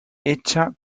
hecha